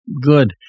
Good